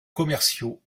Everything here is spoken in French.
commerciaux